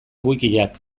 wikiak